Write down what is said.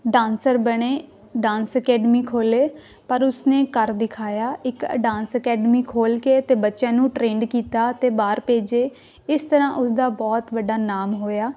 dancer ਬਣੇ dance academy ਖੋਲ੍ਹੇ ਪਰ ਉਸਨੇ ਕਰ ਦਿਖਾਇਆ ਇੱਕ ਅਡਾਂਸ ਅਕੈਡਮੀ ਖੋਲ੍ਹ ਕੇ ਅਤੇ ਬੱਚਿਆਂ ਨੂੰ ਟ੍ਰੇਨਡ ਕੀਤਾ ਅਤੇ ਬਾਹਰ ਭੇਜੇ ਇਸ ਤਰ੍ਹਾਂ ਉਸਦਾ ਬਹੁਤ ਵੱਡਾ ਨਾਮ ਹੋਇਆ